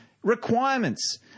Requirements